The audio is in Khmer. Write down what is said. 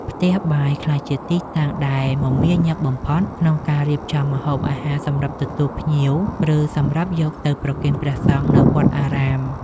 ផ្ទះបាយក្លាយជាទីតាំងដែលមមាញឹកបំផុតក្នុងការរៀបចំម្ហូបអាហារសម្រាប់ទទួលភ្ញៀវ ឬសម្រាប់យកទៅប្រគេនព្រះសង្ឃនៅវត្តអារាម។